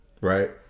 Right